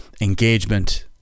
engagement